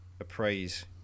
appraise